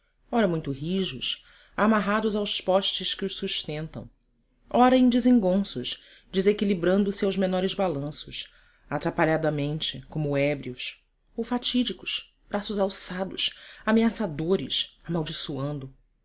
ora muito rijos amarrados aos postes que os sustentam ora em desengonços desequilibrando se aos menores balanços atrapalhadamente como ébrios ou fatídicos braços alçados ameaçadores amaldiçoando